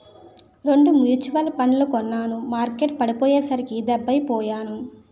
రెండు మ్యూచువల్ ఫండ్లు కొన్నాను మార్కెట్టు పడిపోయ్యేసరికి డెబ్బై పొయ్యాను